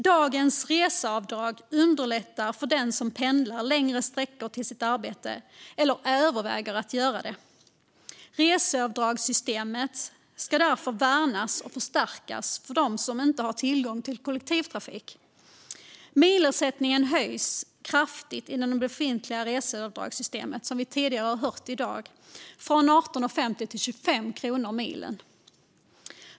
Dagens reseavdrag underlättar för den som pendlar längre sträckor till sitt arbete eller överväger att göra det. Reseavdragssystemet ska därför värnas och förstärkas för dem som inte har tillgång till kollektivtrafik. Milersättningen höjs kraftigt inom det befintliga reseavdragssystemet, vilket vi har hört tidigare i dag - från 18,50 till 25 kronor milen.